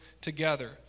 together